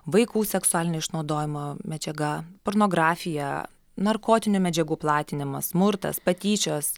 vaikų seksualinio išnaudojimo medžiaga pornografija narkotinių medžiagų platinimas smurtas patyčios